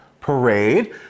parade